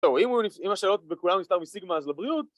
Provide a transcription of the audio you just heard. טוב אם השאלות בכולם נפתר בסיגמה אז לבריאות